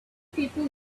people